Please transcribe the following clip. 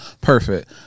perfect